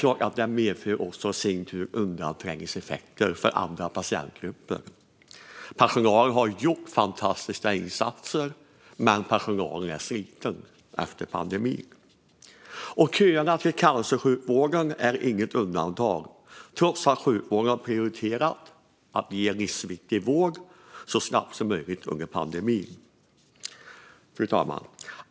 Detta medför såklart i sin tur undanträngningseffekter för andra patientgrupper. Personalen har gjort fantastiska insatser men är sliten efter pandemin. Köerna till cancersjukvården är inget undantag trots att sjukvården har prioriterat att ge livsviktig vård så snabbt som möjligt under pandemin. Fru talman!